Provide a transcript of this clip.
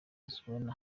zuena